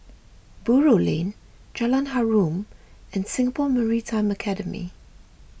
Buroh Lane Jalan Harum and Singapore Maritime Academy